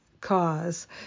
cause